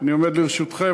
אני עומד לרשותכם.